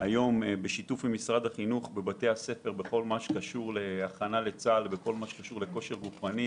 בהכנסת לצה"ל בנושא הכושר הגופני,